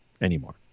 anymore